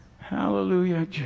Hallelujah